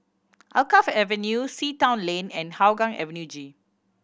Alkaff Avenue Sea Town Lane and Hougang Avenue G